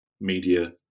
media